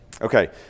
okay